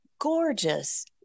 gorgeous